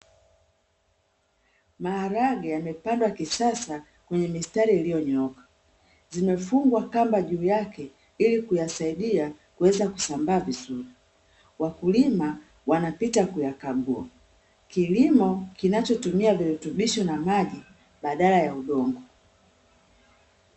Maharage yamepandwa kisasa kwenye mistari iliyonyooka, zimefungwa kamba juu yake ili kuyasaidia kuweza kusambaa vizuri, wakulima wanapita kuyakagua. Kilimo kinachotumia virutubisho na maji badala ya udongo.